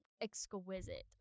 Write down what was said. exquisite